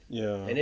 ya